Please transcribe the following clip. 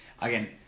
Again